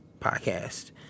Podcast